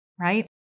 right